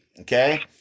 Okay